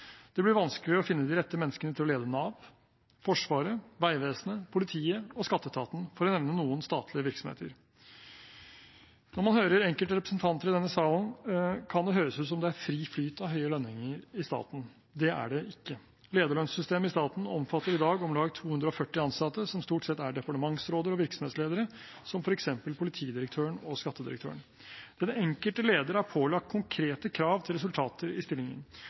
Det vil bli vanskeligere å finne de rette menneskene til å lede Nav, Forsvaret, Vegvesenet, politiet og skatteetaten, for å nevne noen statlige virksomheter. Når man hører enkelte representanter i denne salen, kan det høres ut som det er fri flyt av høye lønninger i staten. Det er det ikke. Lederlønnssystemet i staten omfatter i dag om lag 240 ansatte, som stort sett er departementsråder og virksomhetsledere, som f.eks. politidirektøren og skattedirektøren, der den enkelte leder er pålagt konkrete krav til resultater i stillingen.